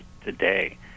today